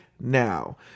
Now